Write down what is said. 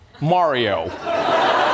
Mario